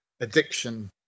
addiction